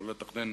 לא לתכנן